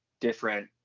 different